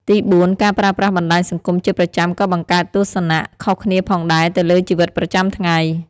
ទីបួន ការប្រើប្រាស់បណ្តាញសង្គមជាប្រចាំក៏បង្កើតទស្សនៈខុសគ្នាផងដែរទៅលើជីវិតប្រចាំថ្ងៃ។